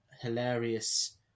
hilarious